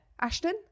Ashton